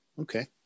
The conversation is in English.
Okay